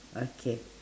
okay